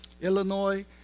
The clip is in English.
illinois